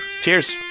Cheers